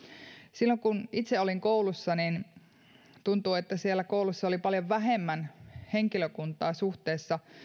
silloin kun itse olin koulussa niin tuntui että siellä oli paljon vähemmän henkilökuntaa suhteessa